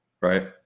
right